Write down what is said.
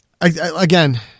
Again